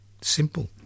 Simple